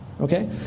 Okay